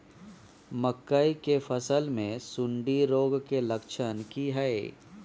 मकई के फसल मे सुंडी रोग के लक्षण की हय?